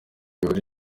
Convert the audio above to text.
mibare